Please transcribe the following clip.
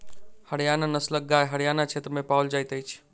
हरयाणा नस्लक गाय हरयाण क्षेत्र में पाओल जाइत अछि